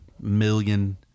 million